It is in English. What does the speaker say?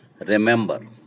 Remember